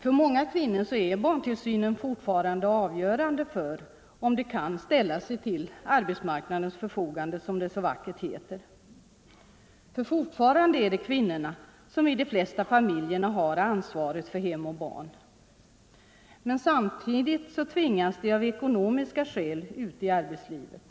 För många kvinnor är barntillsynen fortfarande avgörande för om de kan ställa sig till arbetsmarknadens förfogande, som det så vackert heter. Fortfarande är det kvinnorna som i de flesta familjerna har ansvaret för hem och barn. Men samtidigt tvingas de av ekonomiska skäl ut i arbetslivet.